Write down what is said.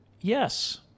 yes